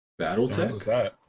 Battletech